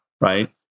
right